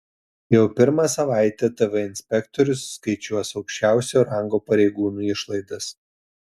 jau pirmą savaitę tv inspektorius skaičiuos aukščiausio rango pareigūnų išlaidas